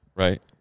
Right